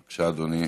בבקשה, אדוני.